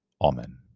Amen